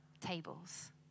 tables